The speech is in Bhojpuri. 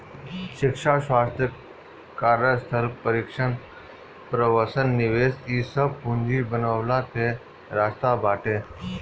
शिक्षा, स्वास्थ्य, कार्यस्थल प्रशिक्षण, प्रवसन निवेश इ सब पूंजी बनवला के रास्ता बाटे